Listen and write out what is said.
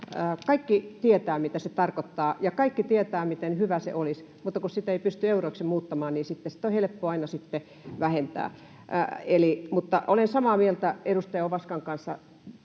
kaikki tietävät, mitä se tarkoittaa, ja kaikki tietävät, miten hyvää se olisi, mutta kun sitä ei pysty euroiksi muuttamaan, niin sitten sitä on helppo aina vähentää. Mutta olen samaa mieltä edustaja Ovaskan kanssa